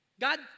God